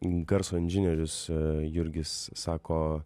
garso inžinierius jurgis sako